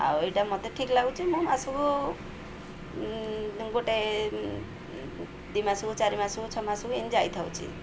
ଆଉ ଏଇଟା ମୋତେ ଠିକ୍ ଲାଗୁଛି ମୁଁ ମାସକୁ ଗୋଟେ ଦୁଇ ମାସକୁ ଚାରି ମାସକୁ ଛଅ ମାସକୁ ଏମିତି ଯାଇଥାଉଛି